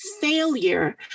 failure